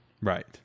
Right